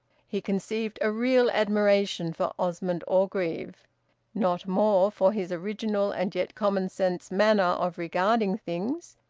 he conceived a real admiration for osmond orgreave not more for his original and yet common-sense manner of regarding things,